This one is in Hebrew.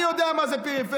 אני יודע מה זה פריפריה.